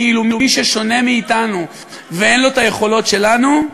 כאילו מי ששונה מאתנו ואין לו היכולות שלנו,